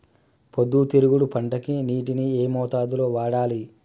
పొద్దుతిరుగుడు పంటకి నీటిని ఏ మోతాదు లో వాడాలి?